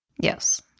Yes